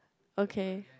okay